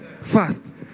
Fast